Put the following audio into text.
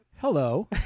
Hello